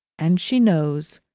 and she knows,